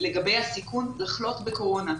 לגבי הסיכון לחלות בקורונה.